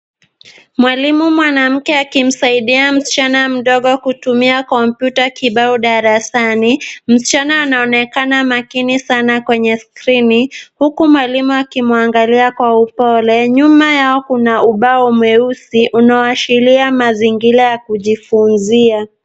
Mwalimu mwanamke akimsaidia msichana mdogo kutumia kompyuta kibao darasani. Msichana anaonekana makini sana kwenye skrini, huku mwalimu akimwangalia kwa upole. Nyuma yao kuna ubao mweusi unaoashiria mazingira ya kujifunzia.